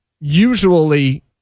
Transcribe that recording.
usually